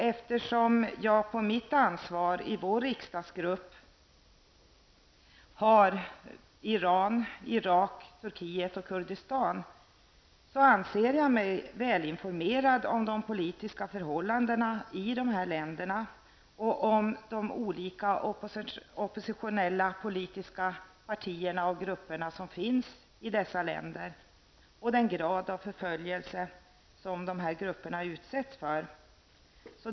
Eftersom jag på mitt ansvar i vår riksdagsgrupp har Iran, Irak, Turkiet och Kurdistan, anser jag mig väl informerad om de politiska förhållandena i dessa länder, om de olika oppositionella politiska partier och grupper som finns där och om den grad av förföljelse som dessa grupper utsätts för.